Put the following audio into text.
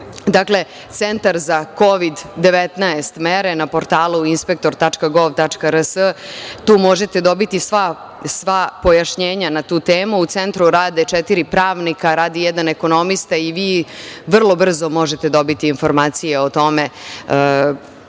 dakle, Centar za Kovid 19 mere na portalu inspektor.gov.rs, tu možete dobiti sva pojašnjenja na tu temu. U centru rade četiri pravnika, radi jedan ekonomista i vi vrlo brzo možete dobiti informacije o tome